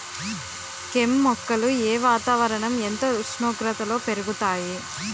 కెమ్ మొక్కలు ఏ వాతావరణం ఎంత ఉష్ణోగ్రతలో పెరుగుతాయి?